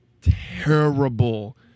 terrible